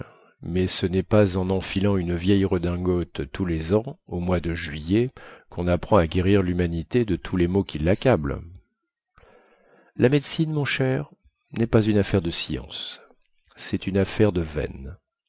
mais ce nest pas en enfilant une vieille redingote tous les ans au mois de juillet quon apprend à guérir lhumanité de tous les maux qui laccablent la médecine mon cher nest pas une affaire de science cest une affaire de veine